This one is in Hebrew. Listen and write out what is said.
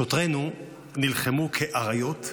שוטרינו נלחמו כאריות,